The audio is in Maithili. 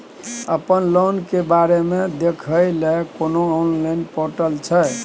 अपन लोन के बारे मे देखै लय कोनो ऑनलाइन र्पोटल छै?